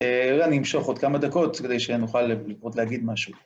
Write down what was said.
אני אמשוך עוד כמה דקות כדי שנוכל לפחות להגיד משהו.